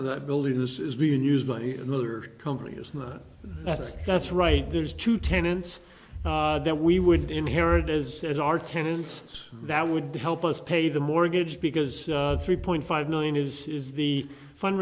of that i believe this is being used by another company is not that's right there's two tenants that we would inherit as is our tenants that would help us pay the mortgage because three point five million is is the fund